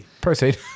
Proceed